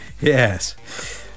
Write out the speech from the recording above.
Yes